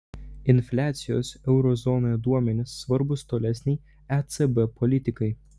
infliacijos euro zonoje duomenys svarbūs tolesnei ecb politikai